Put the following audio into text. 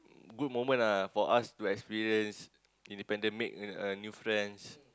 good moment ah for us to experience independent make uh uh new friends